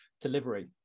delivery